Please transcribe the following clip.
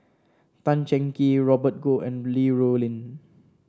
Tan Cheng Kee Robert Goh and Li Rulin